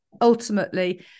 ultimately